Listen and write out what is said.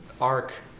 arc